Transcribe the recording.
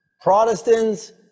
Protestants